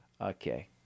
okay